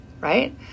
right